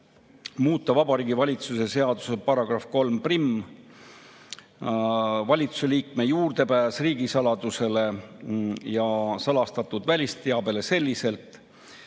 muuta Vabariigi Valitsuse seaduse § 31"Vabariigi Valitsuse liikme juurdepääs riigisaladusele ja salastatud välisteabele" selliselt,